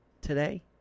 Today